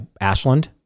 Ashland